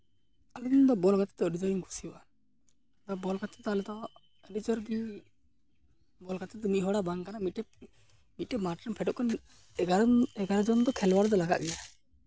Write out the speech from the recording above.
ᱤᱧᱫᱚ ᱵᱚᱞ ᱜᱟᱛᱮ ᱫᱚ ᱟᱹᱰᱤ ᱡᱳᱨ ᱤᱧ ᱠᱩᱥᱤᱭᱟᱜᱼᱟ ᱟᱨ ᱵᱚᱞ ᱜᱟᱛᱮᱜ ᱫᱚ ᱟᱞᱮ ᱫᱚ ᱟᱹᱰᱤ ᱡᱳᱨ ᱜᱮ ᱵᱚᱞ ᱜᱟᱛᱮᱜ ᱫᱚ ᱢᱤᱫ ᱦᱚᱲᱟᱜ ᱵᱟᱝ ᱠᱟᱱᱟ ᱢᱤᱫᱴᱮᱱ ᱢᱤᱫᱴᱮᱱ ᱢᱟᱴᱷ ᱨᱮᱢ ᱯᱷᱮᱰᱚᱜ ᱠᱷᱟᱱ ᱮᱜᱟᱨᱚ ᱮᱜᱟᱨᱚ ᱡᱚᱱ ᱫᱚ ᱠᱷᱮᱞᱳᱣᱟᱲ ᱫᱚ ᱞᱟᱜᱟᱜ ᱜᱮᱭᱟ